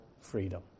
freedom